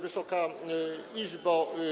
Wysoka Izbo!